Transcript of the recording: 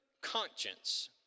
conscience